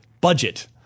budget